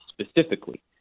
specifically